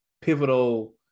pivotal